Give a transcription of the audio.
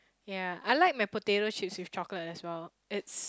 ya I like my potato chips with chocolate as well it's